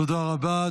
תודה רבה.